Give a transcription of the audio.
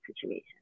situation